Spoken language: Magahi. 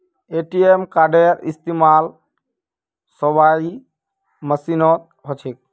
ए.टी.एम कार्डेर इस्तमाल स्वाइप मशीनत ह छेक